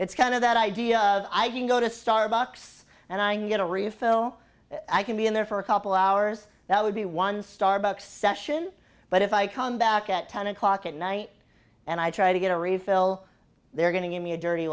it's kind of that idea of i can go to starbucks and i get a refill i can be in there for a couple hours that would be one starbucks session but if i come back at ten o'clock at night and i try to get a refill they're going to give me a dirty